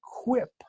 equip